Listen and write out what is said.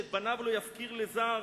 שאת בניו לא יפקיר לזר".